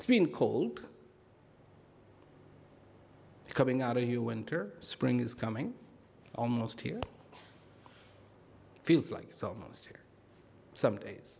it's been cold coming out here winter spring is coming almost here feels like it's almost here somedays